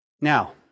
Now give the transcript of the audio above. Now